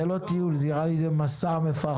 זה לא טיול, נראה לי שזה מסע מפרך.